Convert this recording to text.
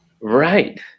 Right